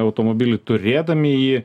automobilį turėdami jį